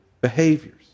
behaviors